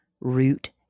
root